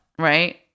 Right